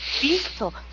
beetle